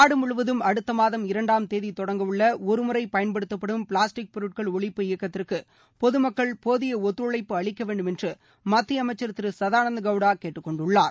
நாடு முழுவதும் அடுத்த மாதம் இரண்டாம் தேதி தொடங்கவுள்ள ஒருமுறை பயன்படுத்தப்படும் பிளாஸ்டிக் பொருட்கள் ஒழிப்பு இயக்கத்துக்கு பொதுமக்கள் போதிய ஒத்துழைப்பு அளிக்க வேண்டுமென்று மத்திய அமைச்சர் திரு சதானந்த கவுடா கேட்டுக் கொண்டுள்ளார்